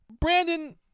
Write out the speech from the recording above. Brandon